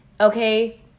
Okay